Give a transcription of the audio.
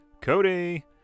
Cody